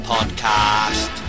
Podcast